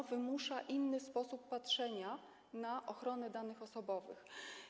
Ono wymusza inny sposób patrzenia na ochronę danych osobowych.